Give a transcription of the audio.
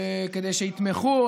כדי שיתמכו,